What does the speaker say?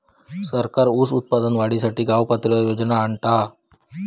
सरकार ऊस उत्पादन वाढीसाठी गावपातळीवर योजना आणता हा